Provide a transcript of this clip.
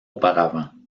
auparavant